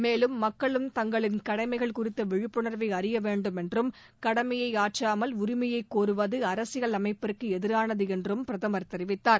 மேலும் மக்களும் தங்களின் கடமைகள் குறித்த விழிப்புணர்வை அறிய வேண்டும் என்றும் கடமையை ஆற்றாமல் உரிமையை கோருவது அரசியல் அமைப்பிற்கு எதிரானது என்றும் பிரதமர் தெரிவித்தார்